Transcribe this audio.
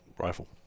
rifle